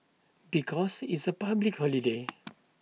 because it's A public holiday